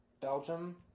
Belgium